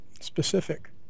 specific